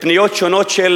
בפניות שונות של